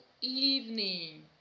evening